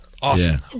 Awesome